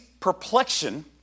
perplexion